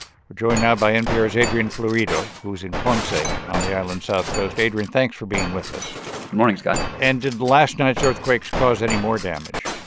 we're joined now by npr's adrian florido, who's in ponce on the island's south coast. adrian, thanks for being with us good morning, scott and did last night's earthquakes cause any more damage?